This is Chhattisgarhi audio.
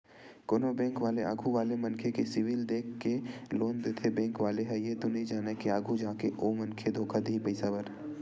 कोनो बेंक वाले आघू वाले मनखे के सिविल देख के लोन देथे बेंक वाले ह ये तो नइ जानय के आघु जाके ओ मनखे धोखा दिही पइसा बर